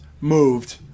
moved